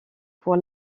pour